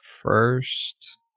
first